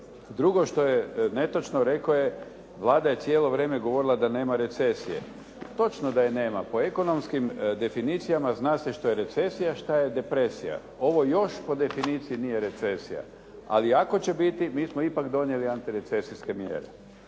Drugo što je netočno rekao je Vlada je cijelo vrijeme govorila da nema recesije. Točno da je nema. Po ekonomskim definicijama zna se što je recesija, šta je depresija. Ovo još po definiciji nije recesija. Ali ako će biti mi smo ipak donijeli antirecesijske mjere.